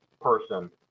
person